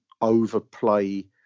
overplay